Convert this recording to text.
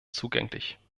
zugänglich